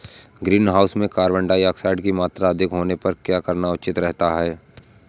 Greenhouse में carbon dioxide की मात्रा अधिक होने पर क्या करना उचित रहता है?